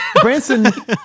Branson